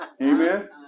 amen